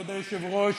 כבוד היושב-ראש,